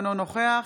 אינו נוכח